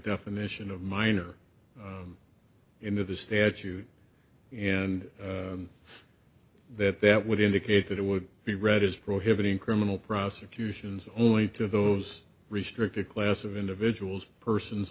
definition of minor into the statute in that that would indicate that it would be read as prohibiting criminal prosecutions only to those restricted class of individuals persons